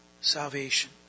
salvation